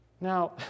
Now